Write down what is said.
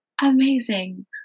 amazing